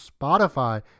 Spotify